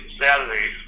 Saturdays